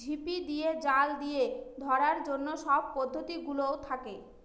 ঝিপি দিয়ে, জাল দিয়ে ধরার অন্য সব পদ্ধতি গুলোও থাকে